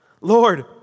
Lord